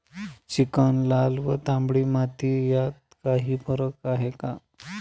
Chicken, लाल व तांबडी माती यात काही फरक आहे का?